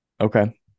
Okay